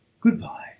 Goodbye